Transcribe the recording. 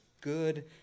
good